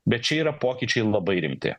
bet čia yra pokyčiai labai rimti